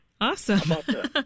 Awesome